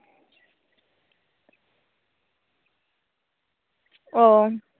ᱚ